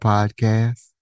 Podcast